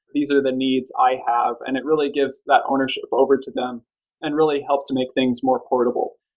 these are the needs i have, and it really gives that ownership over to them and really helps to make things more affordable.